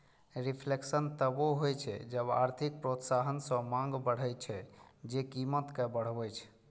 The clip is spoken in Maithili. रिफ्लेशन तबो होइ छै जब आर्थिक प्रोत्साहन सं मांग बढ़ै छै, जे कीमत कें बढ़बै छै